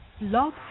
Love